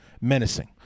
menacing